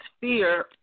fear